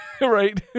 Right